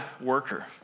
worker